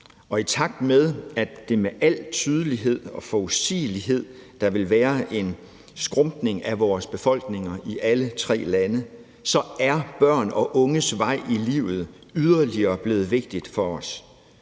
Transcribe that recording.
og i takt med at der med al tydelighed og forudsigelighed vil være en skrumpning af vores befolkninger i alle tre lande, er børn og unges vej i livet yderligere blevet vigtigt for os.